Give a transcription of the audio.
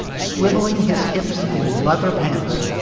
swiveling his hips in leather pants,